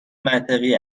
منطقی